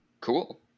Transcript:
Cool